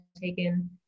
taken